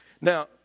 Now